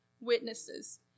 witnesses